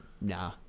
Nah